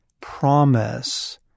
promise